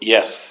Yes